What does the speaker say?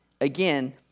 again